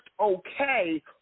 okay